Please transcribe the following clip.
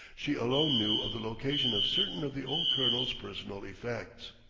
she alone knew of the location of certain of the old colonel's personal effects.